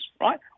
right